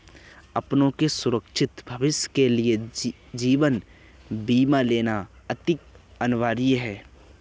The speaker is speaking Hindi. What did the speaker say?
अपनों के सुरक्षित भविष्य के लिए जीवन बीमा लेना अति अनिवार्य है